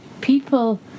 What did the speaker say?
people